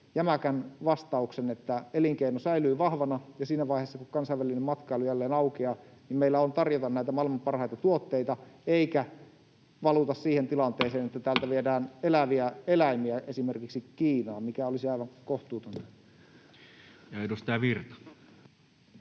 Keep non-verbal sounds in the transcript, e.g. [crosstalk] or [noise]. jämäkän vastauksen, että elinkeino säilyy vahvana ja siinä vaiheessa, kun kansainvälinen matkailu jälleen aukeaa, meillä on tarjota näitä maailman parhaita tuotteita eikä valuta siihen tilanteeseen, [noise] että täältä viedään eläviä eläimiä esimerkiksi Kiinaan, mikä olisi aivan kohtuutonta. [Speech 127]